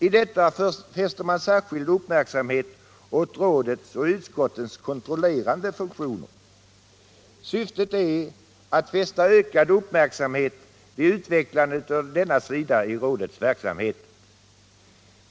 I detta ägnas särskild uppmärksamhet åt rådets och utskottens kontrollerande funktioner. Syftet är att ytterligare utveckla denna sida av rådets verksamhet.